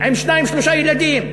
עם שניים-שלושה ילדים.